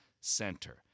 Center